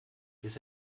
bis